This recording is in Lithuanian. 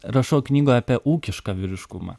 rašau knygoj apie ūkišką vyriškumą